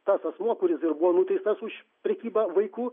tas asmuo kuris ir buvo nuteistas už prekybą vaikų